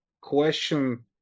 question